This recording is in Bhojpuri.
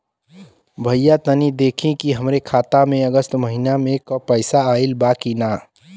भईया तनि देखती की हमरे खाता मे अगस्त महीना में क पैसा आईल बा की ना?